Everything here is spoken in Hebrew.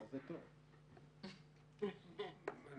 אני